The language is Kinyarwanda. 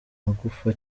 magufa